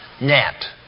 net